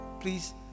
please